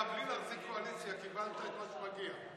אתה בלי להחזיק קואליציה קיבלת את מה שמגיע.